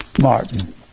Martin